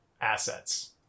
assets